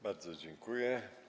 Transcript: Bardzo dziękuję.